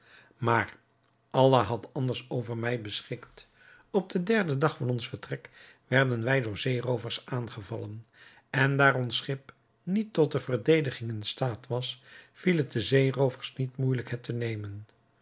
maar allah had anders over mij beschikt op den derden dag van ons vertrek werden wij door zeerovers aangevallen en daar ons schip niet tot verdediging in staat was viel het den zeeroovers niet moeijelijk het te nemen